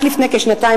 רק לפני כשנתיים,